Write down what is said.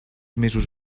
mesos